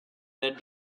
that